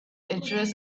address